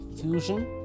fusion